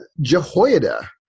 Jehoiada